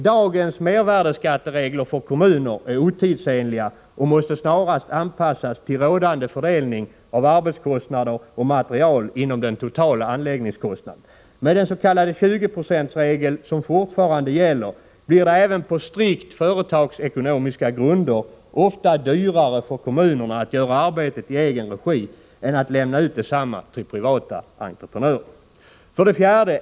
Dagens mervärdeskatteregler för kommuner är otidsenliga och måste snarast anpassas till rådande fördelning av arbetskostnader och material inom den totala anläggningskostnaden. Med den s.k. 20-procentsregel som fortfarande gäller blir det även på strikt företagsekonomiska grunder ofta dyrare för kommunerna att göra arbetet i egen regi än att lämna ut detsamma till privata entreprenörer. 4.